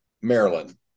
Maryland